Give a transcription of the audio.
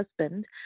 husband